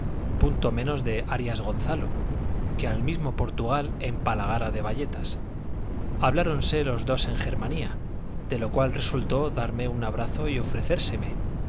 punto menos de arias gonzalo que al mismo portugal empalagara de bayetas habláronse los dos en germanía de lo cual resultó darme un abrazo y ofrecérseme